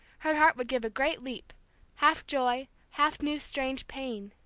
her heart would give a great leap half joy, half new strange pain,